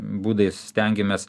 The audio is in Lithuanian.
būdais stengiamės